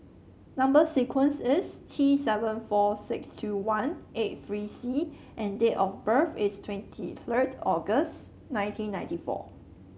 number sequence is T seven four six two one eight three C and date of birth is twenty third August nineteen ninety four